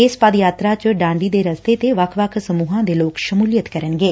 ਇਸ ਪਦਯਾਤਰਾ ਚ ਡਾਂਡੀ ਦੇ ਰਸਤੇ ਤੇ ਵੱਖ ਵੱਖ ਸਮੂਹਾਂ ਦੇ ਲੋਕ ਸ਼ਮੂਲੀਅਤ ਕਰਨਗੇ